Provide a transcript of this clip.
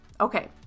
Okay